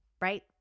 right